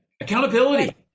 Accountability